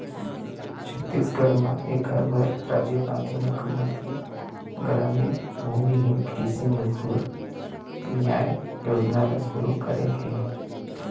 छत्तीसगढ़ म एखर बर राजीव गांधी मुख्यमंतरी गरामीन भूमिहीन कृषि मजदूर नियाय योजना ल सुरू करे हे